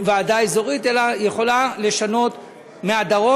המגמה שלנו היא לנסות לעזור לאנשים האלה לקבל את מה שהם יצרו.